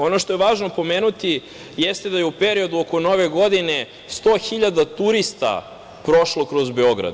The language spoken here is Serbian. Ono što je važno pomenuti, jeste da je u periodu oko Nove godine 100.000 turista prošlog kroz Beograd.